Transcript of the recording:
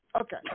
okay